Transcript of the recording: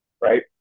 right